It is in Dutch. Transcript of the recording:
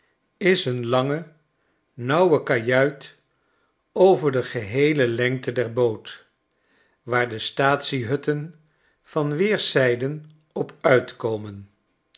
is een lange nauwe kajuitover de geheele lengte der boot waar de staatsiehutten van weerszijden op uit